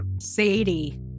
Sadie